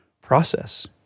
process